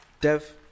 Dev